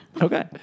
Okay